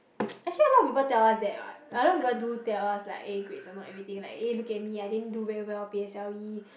actually a lot of people tell us that what a lot of people do tell us like eh grades are not everything like eh look at me I didn't do very well P_S_L_E